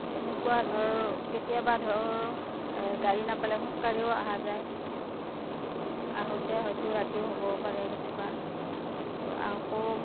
তেনেকুৱা ধৰ কেতিয়াবা ধৰ গাড়ী নাপালে খোজ কাঢ়িও অহা যায় আহোতে হয়তু ৰাতিও হ'ব পাৰে কেতিয়াবা ধৰ আকৌ